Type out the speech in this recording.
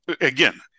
again